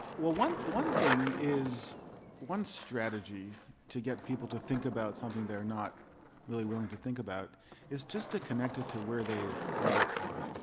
well one the one thing is one strategy to get people to think about something they're not really willing to think about is just ah connect it to where they where they are,